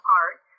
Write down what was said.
art